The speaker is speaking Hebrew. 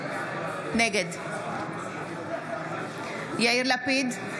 נגד יאיר לפיד,